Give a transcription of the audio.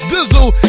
Dizzle